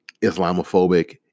Islamophobic